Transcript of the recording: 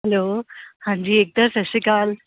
hello ਹਾਂਜੀ ਏਕਤਾ ਸਤਿ ਸ਼੍ਰੀ ਅਕਾਲ